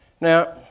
Now